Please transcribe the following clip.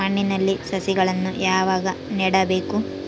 ಮಣ್ಣಿನಲ್ಲಿ ಸಸಿಗಳನ್ನು ಯಾವಾಗ ನೆಡಬೇಕು?